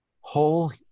whole